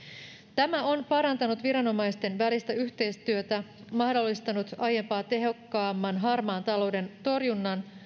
tämä on parantanut viranomaisten välistä yhteistyötä mahdollistanut aiempaa tehokkaamman harmaan talouden torjunnan